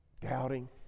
doubting